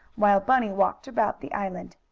while bunny walked about the island.